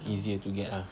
easier to get ah